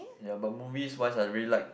ya but movies wise I really like